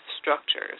structures